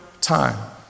time